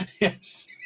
Yes